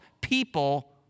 people